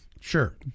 Sure